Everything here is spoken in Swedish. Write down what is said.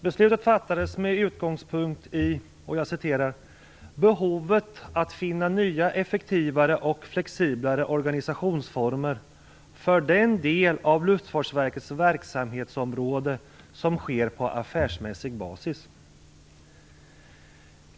Beslutet fattades med utgångspunkt i "behovet att finna nya effektivare och flexiblare organisationsformer för den del av Luftfartsverkets verksamhetsområde som sker på affärsmässig basis".